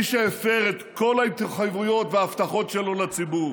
מי שהפר את כל ההתחייבויות וההבטחות שלו לציבור,